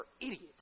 idiots